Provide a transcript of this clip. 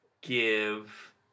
give